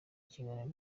ikiganiro